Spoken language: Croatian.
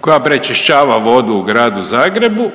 koja pročišćava vodu u Gradu Zagrebu